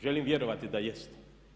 Želim vjerovati da jeste.